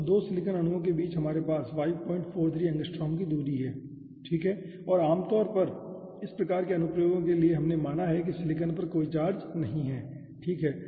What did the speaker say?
तो 2 सिलिकॉन अणुओं के बीच हमारे पास 543 एंगस्ट्रॉम की दूरी है ठीक है और आमतौर पर इस प्रकार के अनुप्रयोग के लिए हमने माना कि सिलिकॉन पर कोई चार्ज नहीं है ठीक है